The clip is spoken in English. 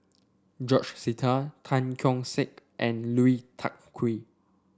George Sita Tan Keong Saik and Lui Tuck Kew